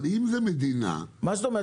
אבל אם זה מדינה --- מה זאת אומרת?